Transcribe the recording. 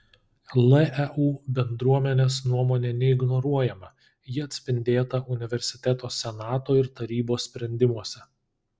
leu bendruomenės nuomonė neignoruojama ji atspindėta universiteto senato ir tarybos sprendimuose